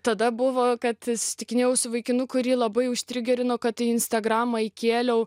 tada buvo kad susitikinėjau su vaikinu kurį labai užtrigerino kad į instagram įkėliau